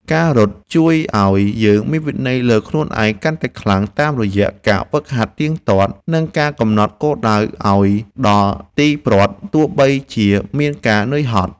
ការរត់ជួយឱ្យយើងមានវិន័យលើខ្លួនឯងកាន់តែខ្លាំង តាមរយៈការហ្វឹកហាត់ទៀងទាត់ និងការកំណត់គោលដៅឱ្យដល់ទីព្រ័ត្រទោះបីជាមានការនឿយហត់។